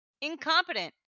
incompetent